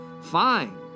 fine